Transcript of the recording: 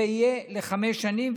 זה יהיה לחמש שנים.